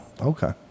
Okay